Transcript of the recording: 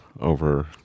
over